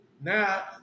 Now